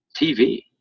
TV